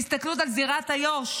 בהסתכלות על זירת איו"ש.